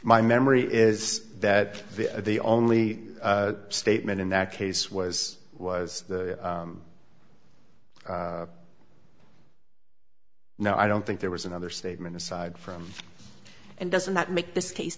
my memory is that the only statement in that case was was no i don't think there was another statement aside from and doesn't that make this case